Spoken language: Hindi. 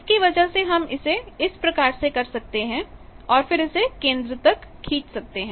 इसकी वजह हम इसे इस प्रकार से कर सकते हैं और फिर इसे केंद्र तक खींच सकते हैं